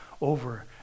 over